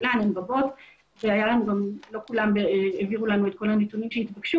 לא כולם העבירו לנו את כל הנתונים שהתבקשו